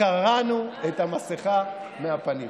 קרענו את המסכה מהפנים.